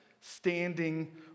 standing